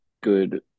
good